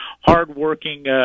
hardworking